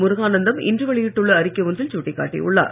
முருகானந்தம் இன்று வெளியிட்டுள்ள அறிக்கை ஒன்றில் சுட்டிக் காட்டியுள்ளார்